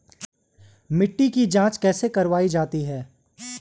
मिट्टी की जाँच कैसे करवायी जाती है?